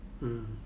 mm